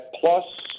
plus